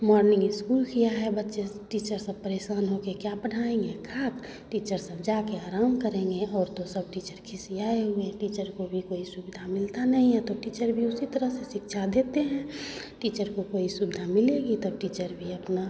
morning school किया है बच्चे टीचर सब परेशान हो कर क्या पढ़ाएँगे खाक टीचर सब जा कर आराम करेंगे और तो सब टीचर खिसियाए हुए हैं टीचर को भी कोई सुविधा मिलता नहीं है तो टीचर भी उसी तरह से शिक्षा देते हैं टीचर को कोई सुविधा मिलेगी तब टीचर भी अपना